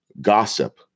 gossip